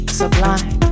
sublime